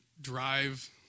drive